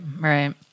right